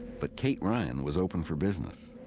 but kate ryan was open for business.